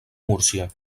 múrcia